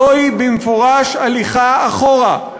זוהי במפורש הליכה אחורה,